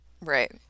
Right